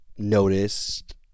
noticed